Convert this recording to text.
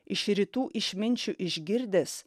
iš rytų išminčių išgirdęs